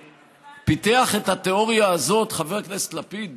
פיתח את התיאוריה הזאת חבר הכנסת לפיד,